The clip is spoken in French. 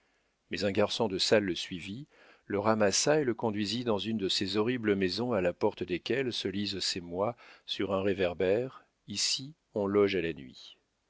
mais un garçon de salle le suivit le ramassa et le conduisit dans une de ces horribles maisons à la porte desquelles se lisent ces mots sur un réverbère ici on loge à la nuit